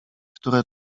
które